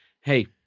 hey